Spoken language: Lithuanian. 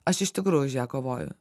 aš iš tikrųjų už ją kovoju